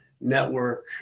network